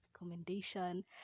recommendation